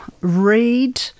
read